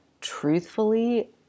truthfully